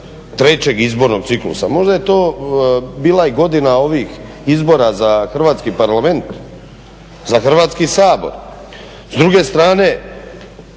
trećeg izbornog ciklusa. Možda je to bila i godina izbora za Hrvatski parlament, za Hrvatski sabor. Pa nama